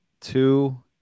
two